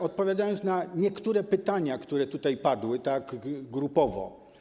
Odpowiadając na niektóre pytania, które tutaj padły, tak grupowo.